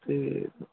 ਅਤੇ